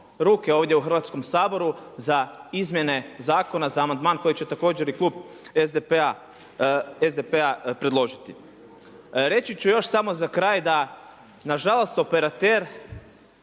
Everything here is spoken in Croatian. ovdje u Hrvatskom saboru za izmjene zakona za amandman koji će također i klub SDP-a predložiti. Reći ću još samo za kraj da nažalost operater